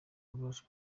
ububasha